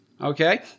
Okay